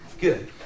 Good